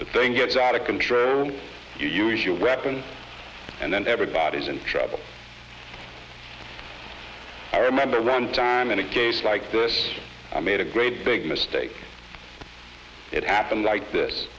the thing gets out of control you use your weapon and then everybody's in trouble i remember one time in a case like this i made a great big mistake it happened like this